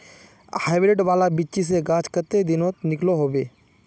Hybrid वाला बिच्ची से गाछ कते दिनोत निकलो होबे?